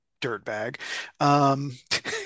dirtbag